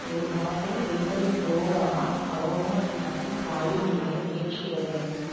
ஒரு பாட்டில் வெய்பரின் roll on aroma relaxing oil விலை நேற்று எவ்வளவு